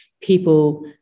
people